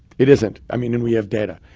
it isn't. i mean, and we have data.